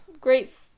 Great